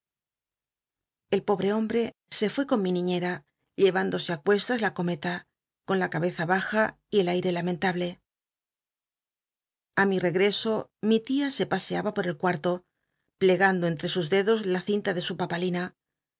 el pobre hombre se fué con mi niñera llc á cuestas la cometa con la cabeza baja y el aire lamentable mi regreso mi tia se paseaba por el cuarto ple gando entre sus dedos la cinta de su papalina